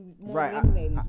right